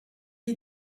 est